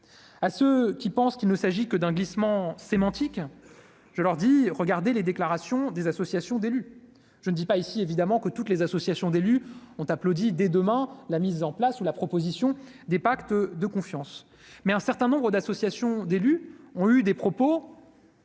à ceux qui pensent qu'il ne s'agit que d'un glissement sémantique, je leur dis : regardez les déclarations des associations d'élus, je ne dis pas ici, évidemment, que toutes les associations d'élus ont applaudi des 2 mains la mise en place ou la proposition des pactes de confiance, mais un certain nombre d'associations d'élus ont eu des propos.